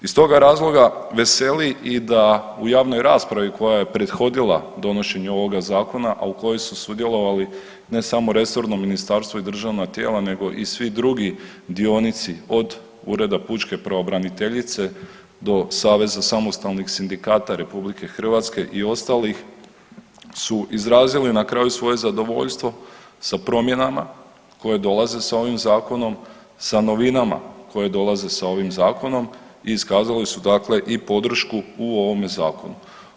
Iz toga razloga veseli i da u javnoj raspravi koja je prethodila donošenju ovoga zakona, a u kojoj su sudjelovali ne samo resorno ministarstvo i državna tijela nego i svi drugi dionici od Ureda pučke pravobraniteljice do Saveza samostalnih sindikata RH i ostalih su izrazili na kraju svoje zadovoljstvo sa promjenama koje dolaze sa ovim zakonom, sa novinama koje dolaze sa ovim zakonom i iskazali su dakle i podršku u ovome zakonu.